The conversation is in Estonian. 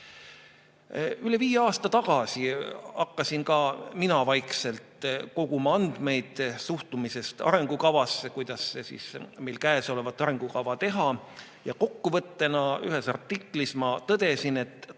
Üle viie aasta tagasi hakkasin ka mina vaikselt koguma andmeid suhtumise kohta arengukavasse, kuidas sedasama arengukava teha, ja kokkuvõttena ühes artiklis ma tõdesin: